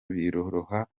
biroroha